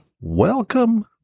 Welcome